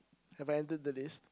have I enter the list